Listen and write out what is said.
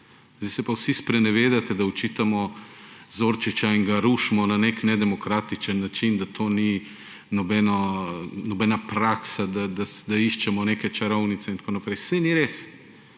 Zdaj se pa vsi sprenevedate, da očitamo Zorčiča in ga rušimo na nek nedemokratičen način, da to ni nobena praksa, da iščemo neke čarovnice in tako naprej. Saj ni res!